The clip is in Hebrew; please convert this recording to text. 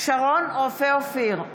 שרון רופא אופיר,